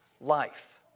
life